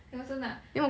eh 我真 like I